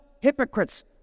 hypocrites